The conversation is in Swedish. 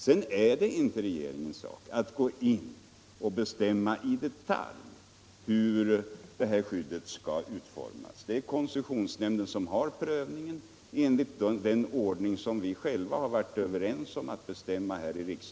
Det är inte regeringens sak att gå in och i detalj bestämma hur detta skydd skall utformas. Prövningen åligger koncessionsnämnden enligt den ordning som vi själva i riksdagen har varit överens om att bestämma.